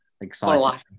Exciting